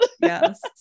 Yes